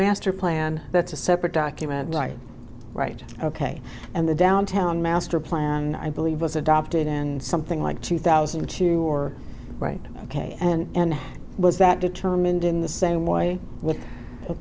master plan that's a separate document died right ok and the downtown master plan i believe was adopted and something like two thousand and two or right ok and how was that determined in the same way with the